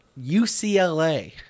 UCLA